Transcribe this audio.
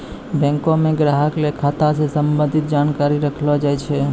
बैंको म ग्राहक ल खाता स संबंधित जानकारी रखलो जाय छै